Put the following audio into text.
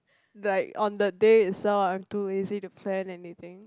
like on the day itself lah I'm too lazy to plan anything